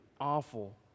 awful